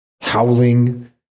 howling